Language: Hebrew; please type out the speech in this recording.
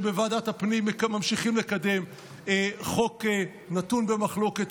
שבוועדת הפנים ממשיכים לקדם חוק נתון במחלוקת,